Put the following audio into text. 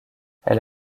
elle